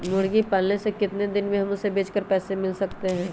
मुर्गी पालने से कितने दिन में हमें उसे बेचकर पैसे मिल सकते हैं?